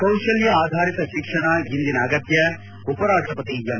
ಕೌಶಲ್ಕ ಆಧಾರಿತ ಶಿಕ್ಷಣ ಇಂದಿನ ಅಗತ್ಕ ಉಪರಾಷ್ಷವತಿ ಎಂ